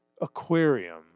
aquarium